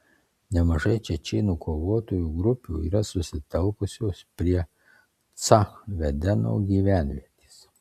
nemažai čečėnų kovotojų grupių yra susitelkusios prie ca vedeno gyvenvietės